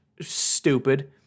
stupid